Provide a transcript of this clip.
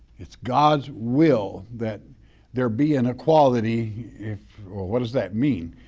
it's god's will that there be an equality if, or what does that mean?